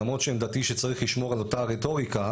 למרות שעמדתי היא שצריך לשמור על אותה הרטוריקה,